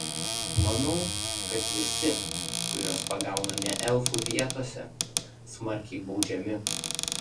manau kad visi kuriuos pagauna ne elfų vietose smarkiai baudžiami